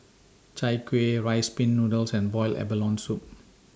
Chai Kueh Rice Pin Noodles and boiled abalone Soup